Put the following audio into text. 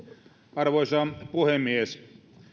arvoisa puhemies